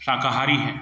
शाकाहारी है